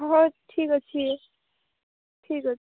ହଉ ଠିକ୍ଅଛି ଠିକ୍ଅଛି